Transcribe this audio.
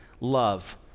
love